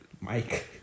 Mike